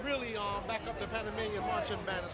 really all that